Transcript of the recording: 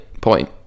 point